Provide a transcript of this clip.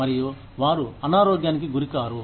మరియు వారు అనారోగ్యానికి గురికారు